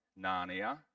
narnia